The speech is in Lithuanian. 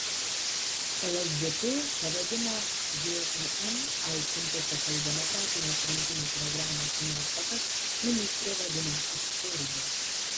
lsdp pavedimą žūm aiškinti socialdemokratinės rinkimų programos nuostatas ministrė vadina absurdu